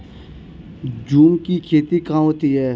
झूम की खेती कहाँ होती है?